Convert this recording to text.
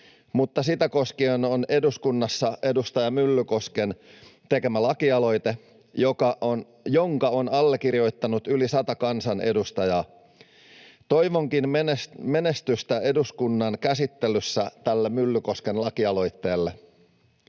mutta sitä koskien on eduskunnassa edustaja Myllykosken tekemä lakialoite, jonka on allekirjoittanut yli sata kansanedustajaa. Toivonkin menestystä eduskunnan käsittelyssä tälle Myllykosken lakialoitteelle.